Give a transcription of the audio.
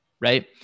right